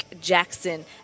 Jackson